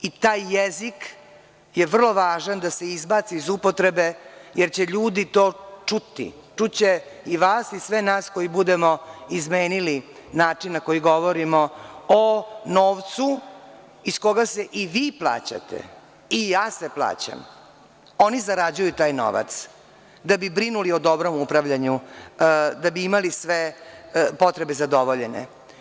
I taj jezik je vrlo važan da se izbaci iz upotrebe, jer će ljudi to čuti, čuće i vas i sve nas koji budemo izmenili način na koji govorimo o novcu iz koga se i vi plaćate i ja se plaćam, oni zarađuju taj novac, da bi brinuli o dobrom upravljanju, da bi imali sve potrebe zadovoljene.